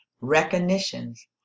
recognitions